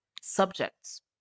subjects